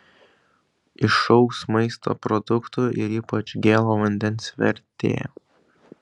išaugs maisto produktų ir ypač gėlo vandens vertė